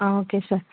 okay sir